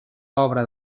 obra